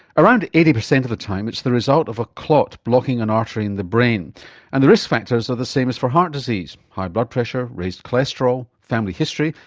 around eighty percent of the time it's the result of a clot blocking an artery in the brain and the risk factors are the same as for heart disease high blood pressure, raised cholesterol, family history,